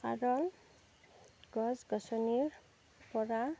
কাৰণ গছ গছনিৰ পৰা